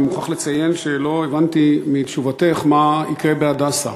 אני מוכרח לציין שלא הבנתי מתשובתך מה יקרה ב"הדסה".